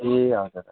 ए हजुर हजुर